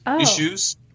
issues